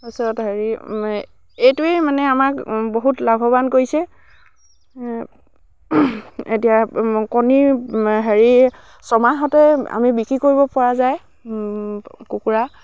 তাৰ পিছত হেৰি এইটোৱেই মানে আমাক বহুত লাভৱান কৰিছে এতিয়া কণীৰ হেৰি ছমাহঁতে আমি বিক্ৰী কৰিব পৰা যায় কুকুৰা